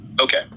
Okay